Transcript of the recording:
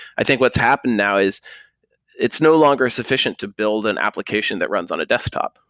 i think what's happened now is it's no longer sufficient to build an application that runs on a desktop.